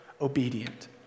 obedient